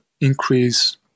increase